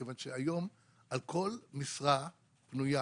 כיוון שהיום על כל משרה פנויה